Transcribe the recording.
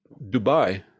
Dubai